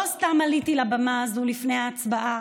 לא סתם עליתי לבמה הזאת לפני ההצבעה